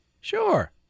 Sure